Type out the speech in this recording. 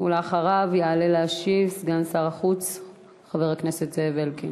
ואחריו יעלה להשיב סגן שר החוץ חבר הכנסת זאב אלקין.